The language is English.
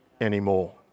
anymore